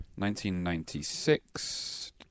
1996